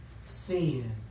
sin